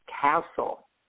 Castle